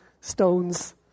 stones